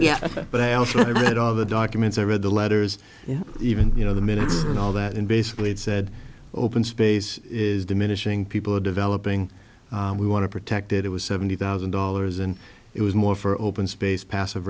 yeah but i also read all the documents i read the letters even you know the minutes and all that and basically said open space is diminishing people are developing we want to protect it it was seventy thousand dollars and it was more for open space passive